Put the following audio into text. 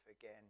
again